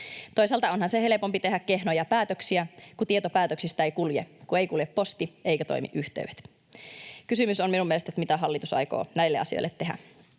Toisaalta onhan se helpompi tehdä kehnoja päätöksiä, kun tieto päätöksistä ei kulje — kun ei kulje posti eivätkä toimi yhteydet. Kysymys on minun mielestäni se, että mitä hallitus aikoo näille asioille tehdä.